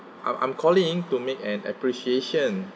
I'm~ I'm calling in to make an appreciation